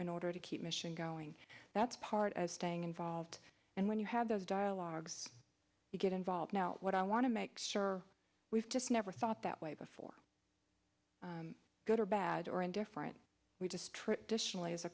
in order to keep mission going that's part of staying involved and when you have those dialogues you get involved now what i want to make sure we've just never thought that way before good or bad or indifferent we just traditionally as a